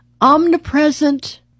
omnipresent